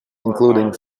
including